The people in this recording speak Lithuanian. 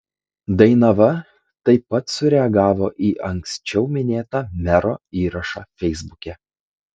dainava taip pat sureagavo į anksčiau minėtą mero įrašą feisbuke